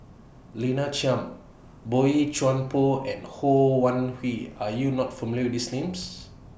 Lina Chiam Boey Chuan Poh and Ho Wan Hui Are YOU not familiar with These Names